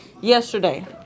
Yesterday